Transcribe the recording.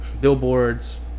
billboards